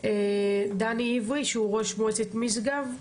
דני עברי, ראש מועצת משגב,